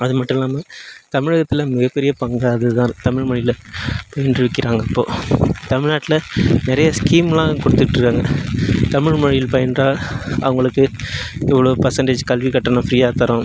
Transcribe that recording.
அது மட்டும் இல்லாமல் தமிழகத்தில் மிகப்பெரிய பங்கு அது தான் தமிழ்மொழியில் பயின்று விக்கிறாங்க இப்போது தமிழ்நாட்டில் நிறைய ஸ்கீமெலாம் கொடுத்துட்ருக்காங்க தமிழ்மொழியில் பயின்றால் அவங்களுக்கு இவ்வளோ பர்சென்டேஜ் கல்வி கட்டணம் ஃப்ரீயாக தரோம்